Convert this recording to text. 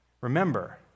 remember